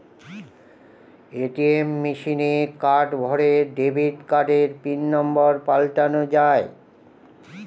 ATM মেশিনে card ভোরে debit কার্ডের পিন নম্বর পাল্টানো যায়